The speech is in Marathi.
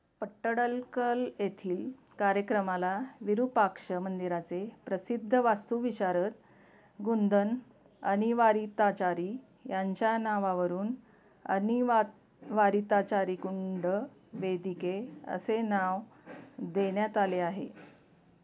पट्टडकल येथील कार्यक्रमाला विरूपाक्ष मंदिराचे प्रसिद्ध वास्तुविशारद गुंदन अनिवारिताचारी यांच्या नावावरून अनिवावारिताचारीकुंड वेदिके असे नाव देण्यात आले आहे